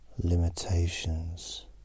limitations